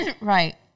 Right